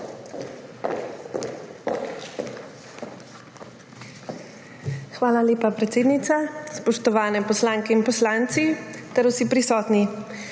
Hvala lepa, predsednica. Spoštovane poslanke in poslanci ter vsi prisotni!